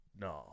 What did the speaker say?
No